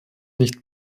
nicht